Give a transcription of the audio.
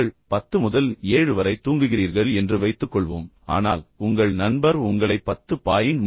நீங்கள் 10 முதல் 7 வரை தூங்குகிறீர்கள் என்று வைத்துக்கொள்வோம் ஆனால் உங்கள் நண்பர் உங்களை 10